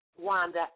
Wanda